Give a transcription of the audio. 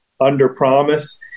under-promise